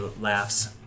laughs